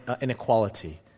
inequality